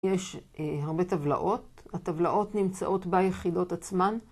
יש הרבה טבלאות, הטבלאות נמצאות ביחידות עצמן